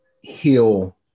heal